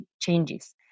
changes